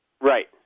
Right